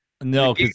No